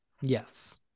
Yes